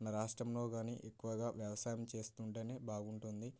మన రాష్ట్రంలో కానీ ఎక్కువగా వ్యవసాయం చేస్తుంటే బాగుంటుంది